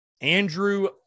Andrew